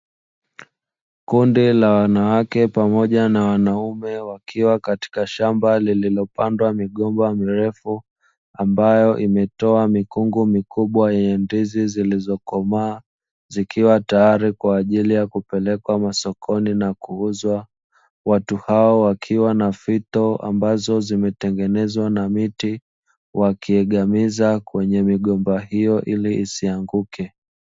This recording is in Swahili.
Kundi la wanawake pamoja na wanaume wakiwa katika shamba lililopandwa migomba mirefu ambayo imetoa mikungu mikubwa yenye ndizi zilizokomaa, zikiwa tayari kwa ajili ya kupelekwa masokoni na kuuzwa, watu hao wakiwa na fito ambazo zimetengenezwa na miti wakiegamiza kwenye migomba hiyo ili isianguke.